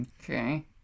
Okay